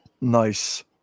nice